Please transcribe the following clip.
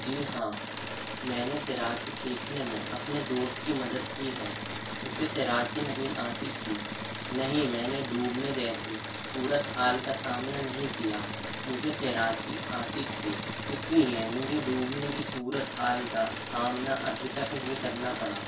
جی ہاں میں نے تیراکی سیکھنے میں اپنے دوست کی مدد کی ہے اسے تیراکی نہیں آتی تھی نہیں میں نے ڈوبنے جیسی صورت حال کا سامنا نہیں کیا مجھے تیراکی آتی تھی اس لیے مجھے ڈوبنے کی صورت حال کا سامنا ابھی تک نہیں کرنا پڑا